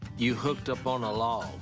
you hooked up on a log.